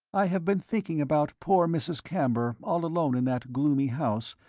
i have been thinking about poor mrs. camber all alone in that gloomy house,